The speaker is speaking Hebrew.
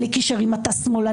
בלי קשר אם אתה שמאלני,